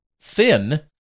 thin